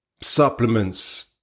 supplements